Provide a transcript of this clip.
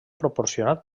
proporcionat